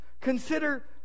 Consider